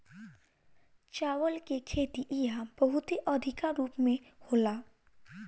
चावल के खेती इहा बहुते अधिका रूप में होला